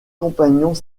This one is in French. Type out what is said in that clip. compagnons